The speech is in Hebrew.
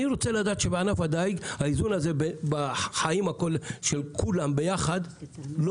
אני רוצה לדעת שבענף הדיג האיזון הזה בחיים של כולם ביחד לא